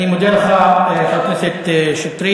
אני מודה לך, חבר הכנסת שטרית.